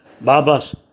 Baba's